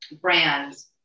brands